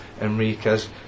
Enriquez